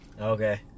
okay